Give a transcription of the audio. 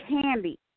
Candy